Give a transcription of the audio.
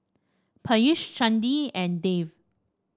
Peyush Chandi and Dev